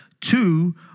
two